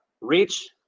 reach